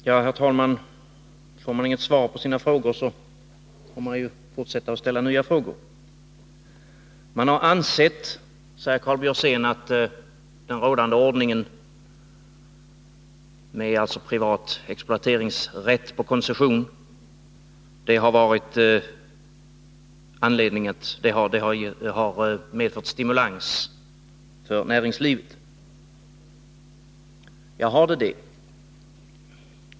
Herr talman! Får man inget svar på sina frågor får man fortsätta att ställa nya frågor. Det har ansetts, säger Karl Björzén, att den rådande ordningen med privat exploateringsrätt på koncession har medfört stimulans för näringslivet. Har den det?